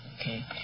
Okay